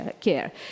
Care